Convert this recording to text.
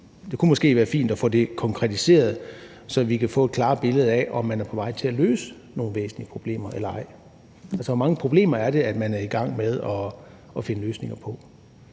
det kunne måske være fint at få det konkretiseret, så vi kan få et klarere billede af, om man er på vej til at løse nogle væsentlige problemer eller ej. Altså, hvor mange problemer er det, man er i gang med at finde løsninger på?